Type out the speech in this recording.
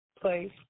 place